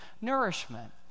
nourishment